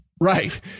Right